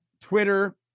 Twitter